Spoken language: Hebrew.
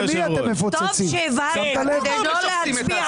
--- טוב שהבהרת, שלא נצביע בעד.